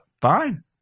fine